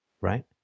Right